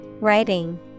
Writing